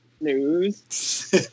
news